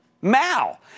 Mao